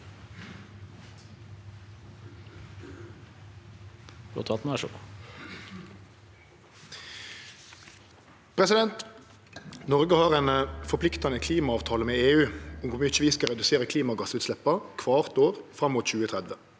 Noreg har ein forpliktande klimaavtale med EU om kor mykje vi skal redusere klimagassutsleppa kvart år fram mot 2030.